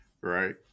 Right